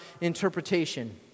interpretation